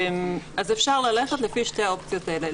אפשר ללכת לפי שתי האופציות האלה.